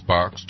Box